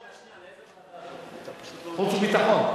ועדת הפנים.